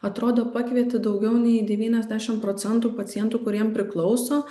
atrodo pakvieti daugiau nei devyniasdešimt procentų pacientų kuriem priklauso